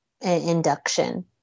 induction